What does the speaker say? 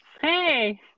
hey